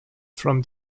from